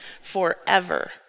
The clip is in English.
forever